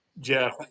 Jeff